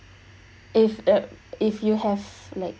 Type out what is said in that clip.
if uh if you have like